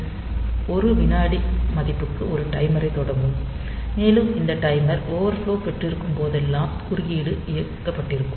இது 1 விநாடி மதிப்புக்கு ஒரு டைமரைத் தொடங்கும் மேலும் இந்த டைமர் ஓவர்ஃப்லோ பெற்றிருக்கும் போதெல்லாம் குறுக்கீடு இயக்கப்பட்டிருக்கும்